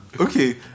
Okay